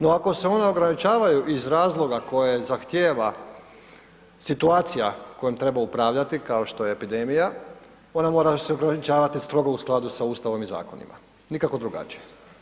No, ako se ona ograničavaju iz razloga koje zahtjeva situacija kojom treba upravljati kao što je epidemija, ona mora se ograničavati strogo u skladu sa Ustavom i zakonima, nikako drugačije.